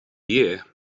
year